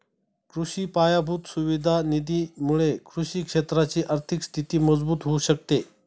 कृषि पायाभूत सुविधा निधी मुळे कृषि क्षेत्राची आर्थिक स्थिती मजबूत होऊ शकते